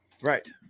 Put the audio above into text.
Right